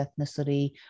ethnicity